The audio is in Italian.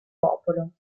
popolo